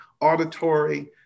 auditory